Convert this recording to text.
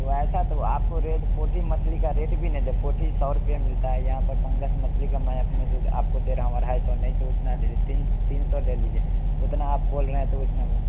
वैसा तो आपको रेट पोठी मछली का रेट भी नहीं जब पोठी सौ रुपए में मिलता है यहाँ पर पंगस मछली का मैं अपने द आपको दे रहा हूँ अढ़ाई सौ नहीं तो इतना दे दे तीन तीन सौ ले लीजिए उतना आप बोल रहें तो उतना में